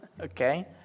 okay